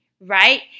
right